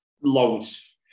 Loads